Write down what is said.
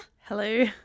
Hello